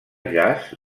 jazz